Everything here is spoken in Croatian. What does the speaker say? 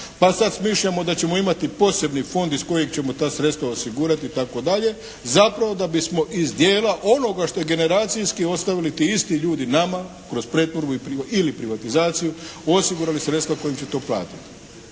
pa sad smišljamo da ćemo imati posebni fond iz kojeg ćemo ta sredstva osigurati itd. zapravo da bismo iz dijela onoga što generacijski ostavili ti isti ljudi nama kroz pretvorbu ili privatizaciju osigurali sredstva kojim će to platiti.